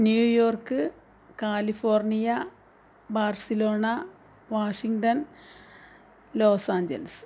New York California Barcelona Washington Los Angeles